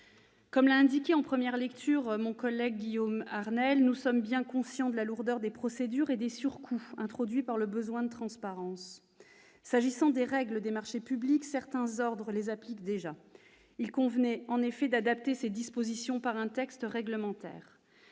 Comme l'a indiqué en première lecture mon collègue Guillaume Arnell, nous sommes bien conscients de la lourdeur des procédures et des surcoûts induits par le besoin de transparence. S'agissant des règles des marchés publics, certains ordres les appliquent déjà ; il convenait d'adapter ces dispositions par un texte réglementaire.